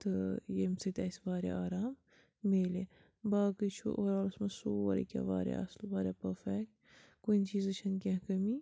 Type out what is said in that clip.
تہٕ ییٚمہِ سۭتۍ اسہِ واریاہ آرام میِلہِ باقٕے چھُ اُوَرآلَس منٛز سورُے کیٚنٛہہ واریاہ اصٕل واریاہ پٔرفیٚکٹ کُنہِ چیٖزٕچۍ چھَنہٕ کیٚنٛہہ کٔمی